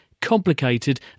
complicated